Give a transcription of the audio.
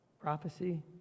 prophecy